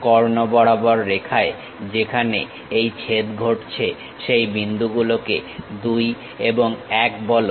কর্ণ বরাবর রেখায় যেখানে এই ছেদ ঘটছে সেই বিন্দুগুলোকে 2 এবং 1 বলো